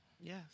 Yes